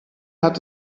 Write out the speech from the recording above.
hat